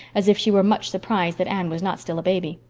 as if she were much surprised that anne was not still a baby.